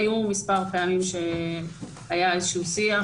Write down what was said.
היו מספר פעמים שהיה איזשהו שיח,